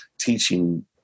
teaching